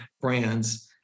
brands